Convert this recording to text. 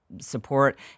support